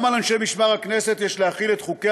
גם על אנשי משמר הכנסת יש להחיל את חוקי